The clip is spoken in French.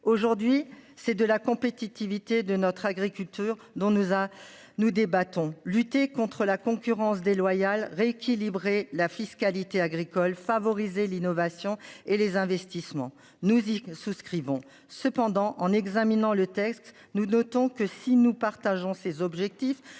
Aujourd'hui, c'est de la compétitivité de notre agriculture dont nous à nous débattons lutter contre la concurrence déloyale rééquilibrer la fiscalité agricole favoriser l'innovation et les investissements nous y souscrivons cependant en examinant le texte nous notons que si nous partageons ces objectifs,